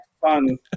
fun